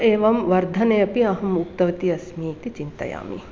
एवं वर्धने अपि अहम् उक्तवती अस्मि इति चिन्तयामि